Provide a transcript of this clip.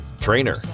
trainer